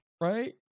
right